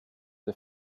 der